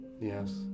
Yes